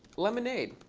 lemonade.